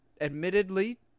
Admittedly